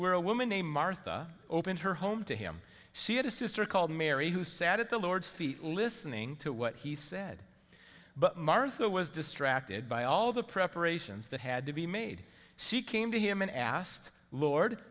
where a woman named martha opened her home to him she had a sister called mary who sat at the lord's feet listening to what he said but martha was distracted by all of the preparations that had to be made she came to him and asked lord